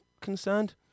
concerned